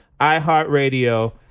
iHeartRadio